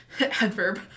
adverb